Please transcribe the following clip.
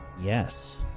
Yes